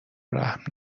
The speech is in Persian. رحم